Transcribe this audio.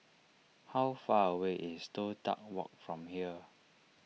how far away is Toh Tuck Walk from here